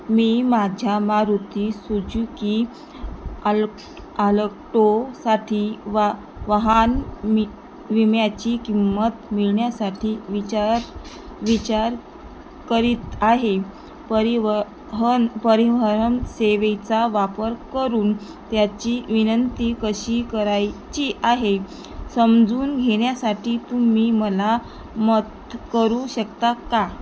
मी माझ्या मारुती सुचुकी आल आलक्टोसाठी वा वाहन मि विम्याची किंमत मिळण्यासाठी विचार विचार करीत आहे परिवहन परिवहन सेवेचा वापर करून त्याची विनंती कशी करायची आहे समजून घेण्यासाठी तुम्ही मला मदत करू शकता का